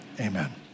amen